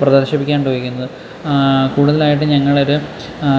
പ്രദർശിപ്പിക്കാൻ ക്കുന്നത് കൂടുതലായിട്ടും ഞങ്ങളൊരു